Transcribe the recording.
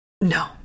No